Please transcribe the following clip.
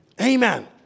Amen